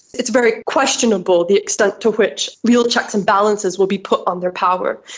it's very questionable the extent to which real checks and balances will be put on their power.